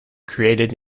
created